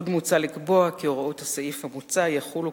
עוד מוצע לקבוע כי הוראות הסעיף המוצע יחולו